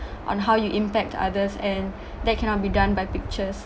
on how you impact others and that cannot be done by pictures